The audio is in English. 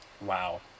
Wow